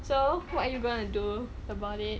so what are you gonna do about it